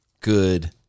Good